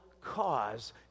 cause